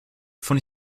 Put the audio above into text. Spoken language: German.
von